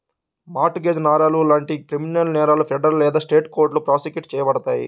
mart gauge నేరాలు లాంటి criminal నేరాలు ఫెడరల్ లేదా స్టేట్ కోర్టులో ప్రాసిక్యూట్ చేయబడతాయి